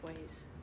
ways